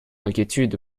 inquiétude